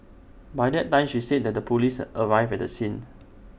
by that time she said that the Police arrived at the scene